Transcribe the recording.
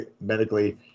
medically